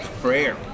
Prayer